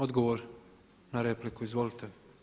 Odgovor na repliku, izvolite.